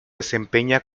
desempeña